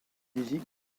musique